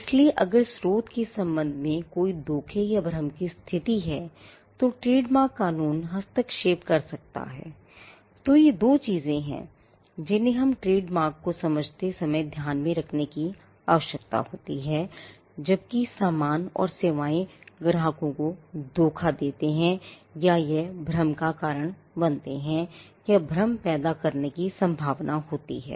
इसलिए अगर स्रोत के संबंध में कोई धोखे या भ्रम की स्थिति है तो ट्रेडमार्क कानून हस्तक्षेप कर सकता है I तो ये दो चीजें हैं जिन्हें हमें ट्रेडमार्क को समझते समय ध्यान में रखने की आवश्यकता है जब कि सामान और सेवाएं ग्राहकों को धोखा देते है या यह भ्रम का कारण बनता है या भ्रम पैदा करने की संभावना होती है